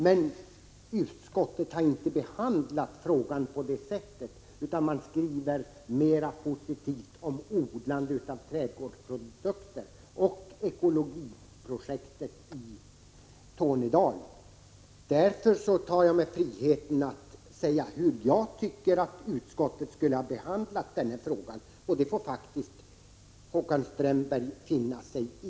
Men utskottet har inte behandlat frågan på det sättet, utan skriver positivt om odlande av trädgårdsprodukter och ekologiprojektet i Tornedalen. Därför tar jag mig friheten att säga hur jag tycker att utskottet borde ha behandlat frågan, och det får faktiskt Håkan Strömberg finna sig i.